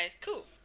cool